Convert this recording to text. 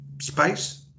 space